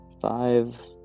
Five